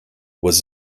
was